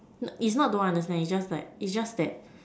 is not don't understand it's just like is just that